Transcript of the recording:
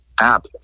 App